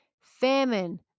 Famine